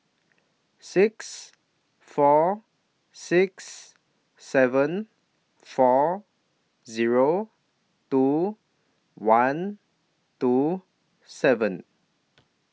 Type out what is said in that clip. six four six seven four Zero two one two seven